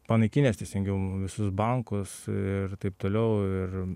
panaikinęs teisingiau visus bankus ir taip toliau ir